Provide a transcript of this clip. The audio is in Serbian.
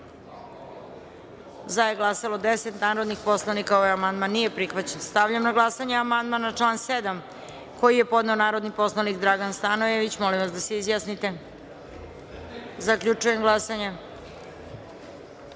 za je glasalo 10 narodnih poslanika. Ovaj amandman nije prihvaćen. Stavljam na glasanje amandman na član 7. koji je podneo narodni poslanik Dragan Stanojević. Molim vas da se izjasnite. Zaključujem glasanje: